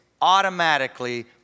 automatically